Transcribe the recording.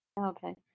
Okay